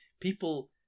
people